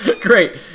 great